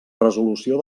resolució